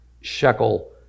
shekel